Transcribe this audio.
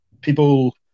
People